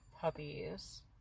puppies